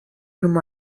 through